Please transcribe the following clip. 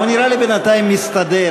נראה לי שבינתיים הוא מסתדר.